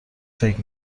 فکر